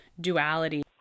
duality